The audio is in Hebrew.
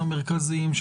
המרכזיים,